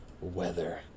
Weather